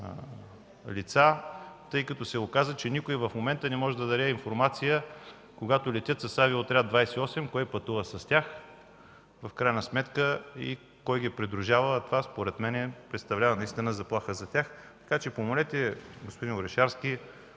лица, тъй като се оказа, че никой в момента не може да даде информация когато летят с Авиоотряд 28, кой пътува с тях и в крайна сметка кой ги придружава, а това, според мен, представлява наистина заплаха за тях. Помолете господин Орешарски